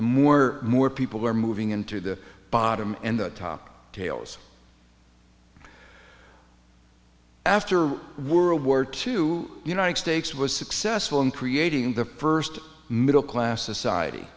more more people are moving into the bottom and the top tails after world war two united states was successful in creating the first middle class society